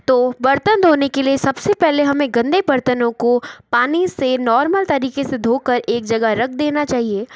तो बर्तन धोने के लिए सबसे पहले हमें गंदे बर्तनों को पानी से नॉर्मल तरीके से धो कर एक जगह रख देना चाहिए